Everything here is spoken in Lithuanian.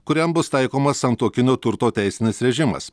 kuriam bus taikomas santuokinio turto teisinis režimas